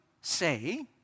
say